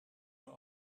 nur